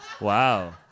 Wow